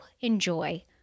enjoy